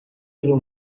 pelo